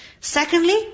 Secondly